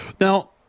Now